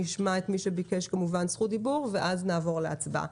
נשמע את מי שביקש כמובן זכות דיבור ואז נעבור להצבעה.